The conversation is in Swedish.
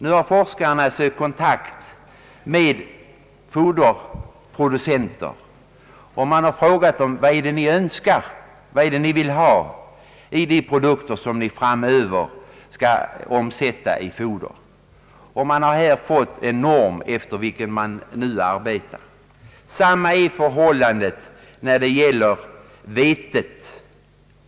Nu har forskarna sökt kontakt med foderproducenter och frågat: Vad är det ni vill ha i de produkter som ni framöver skall omsätta i foder? Man har då fått en norm, efter vilken man nu arbetar. Detsamma är förhållandet i fråga om vetet.